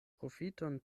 profiton